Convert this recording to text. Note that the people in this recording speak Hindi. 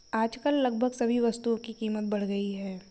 आजकल लगभग सभी वस्तुओं की कीमत बढ़ गई है